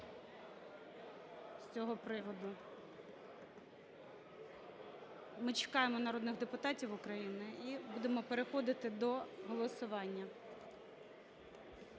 Ми чекаємо народних депутатів України і будемо переходити до голосування.